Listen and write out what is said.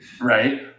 Right